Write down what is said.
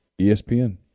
ESPN